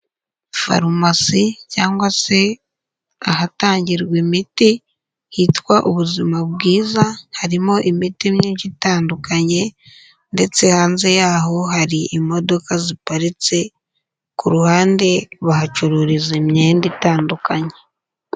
Farumasi cyangwa se ahatangirwa imiti hitwa Ubuzima bwiza, harimo imiti myinshi itandukanye ndetse hanze yaho hari imodoka ziparitse, ku ruhande bahacururiza imyenda itandukanye.